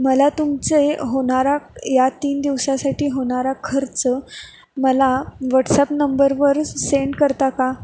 मला तुमचे होणारा या तीन दिवसासाठी होणारा खर्च मला व्हॉट्सॲप नंबरवर सेंड करता का